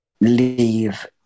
leave